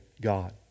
God